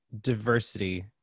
diversity